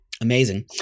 amazing